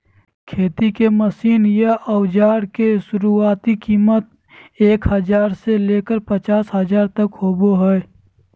खेती के मशीन या औजार के शुरुआती कीमत एक हजार से लेकर पचास हजार तक होबो हय